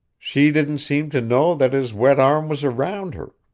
she didn't seem to know that his wet arm was round her,